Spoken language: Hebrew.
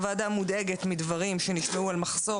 הוועדה מודאגת מדברים שנשמעו על מחסור